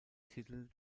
titel